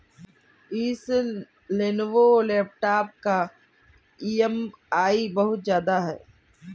इस Lenovo laptop का EMI बहुत ज्यादा है